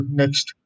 next